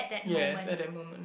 yes at that moment